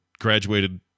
graduated